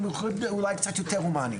הם יוכלו להיות אולי קצת יותר הומניים.